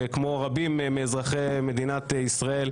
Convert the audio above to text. כמו רבים מאזרחי מדינת ישראל,